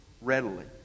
Readily